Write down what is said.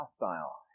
hostile